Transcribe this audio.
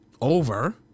Over